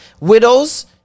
Widows